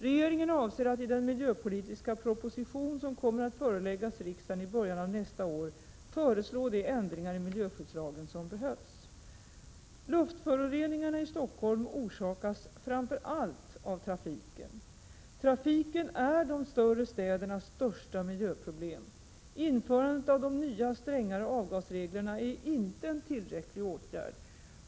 Regeringen avser att i den miljöpolitiska proposition som kommer att föreläggas riksdagen i början av nästa år föreslå de ändringar i miljöskyddslagen som behövs. Luftföroreningarna i Stockholm orsakas framför allt av trafiken. Trafiken är de större städernas största miljöproblem. Införandet av de nya strängare avgasreglerna är inte en tillräcklig åtgärd.